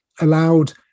allowed